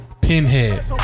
Pinhead